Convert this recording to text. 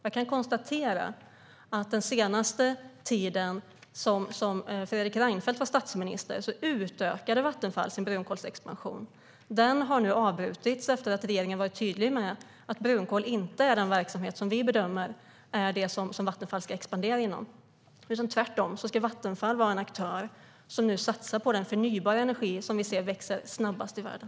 Jag kan konstatera att under den sista tiden Fredrik Reinfeldt var statsminister utökade Vattenfall sin brunkolsexpansion. Den har nu avbrutits efter att regeringen varit tydlig med att brunkol inte är den verksamhet som den bedömer att Vattenfall ska expandera inom. Tvärtom ska Vattenfall nu vara en aktör som satsar på den förnybara energi som vi ser växer snabbast i världen.